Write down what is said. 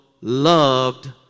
loved